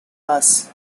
bus